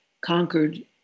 conquered